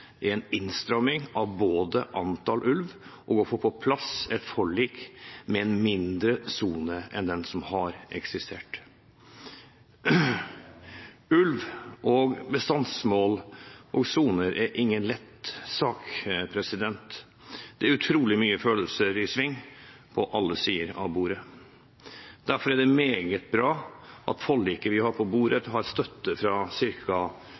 en innstramming av antall ulv og en mindre sone enn den som har eksistert. Ulv, bestandsmål og soner er ingen lett sak. Det er utrolig mye følelser i sving på alle sider. Derfor er det meget bra at forliket vi har på bordet, har støtte fra